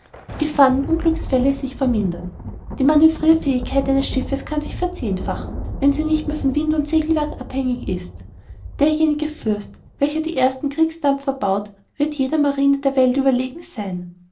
die gefahren und unglücksfälle sich vermindern die manövrirfähigkeit eines schiffes muß sich verzehnfachen wenn sie nicht mehr von wind und segelwerk abhängig ist derjenige fürst welcher die ersten kriegsdampfer baut wird jeder marine der welt überlegen sein